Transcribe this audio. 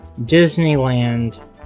Disneyland